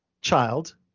child